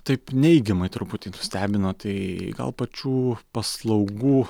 taip neigiamai truputį nustebino tai gal pačių paslaugų